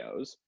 videos